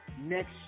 next